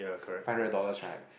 five hundred dollars right